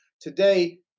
Today